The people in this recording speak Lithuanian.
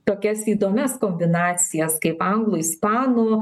tokias įdomias kombinacijas kaip anglų ispanų